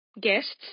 guests